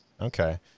Okay